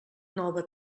nova